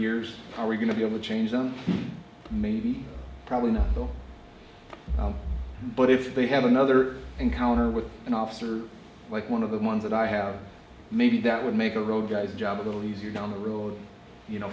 years are we going to be able to change them maybe probably not will but if they have another encounter with an officer like one of the ones that i have maybe that would make a road guy's job a little easier down the road you know